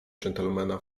gentlemana